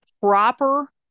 proper